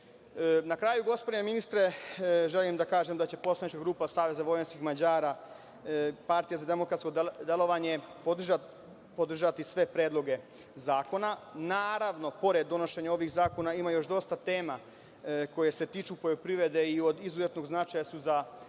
kraju, gospodine ministre, želim da kažem da će poslanička grupa SVM, Partija za demokratsko delovanje podržati sve predloge zakona. Naravno, pored donošenja ovih zakona, ima još dosta tema koje se tiču poljoprivrede i od izuzetnog značaja su za naše